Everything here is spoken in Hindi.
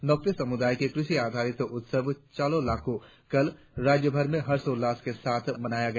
नोक्ते सामुदाय का कृषि आधारित उत्सव चालोलाकू कल राज्यभर में हर्षोल्लास के साथ मनाया गया